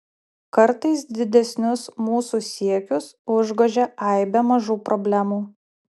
kartais didesnius mūsų siekius užgožia aibė mažų problemų